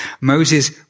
Moses